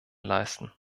leisten